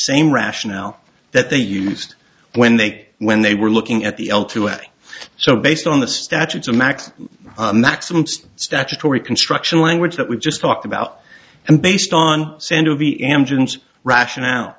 same rationale that they used when they when they were looking at the l two a so based on the statutes a max maximum statutory construction language that we've just talked about and based on